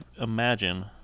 imagine